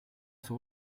sua